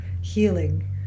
healing